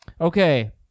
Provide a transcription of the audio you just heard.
Okay